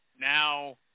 now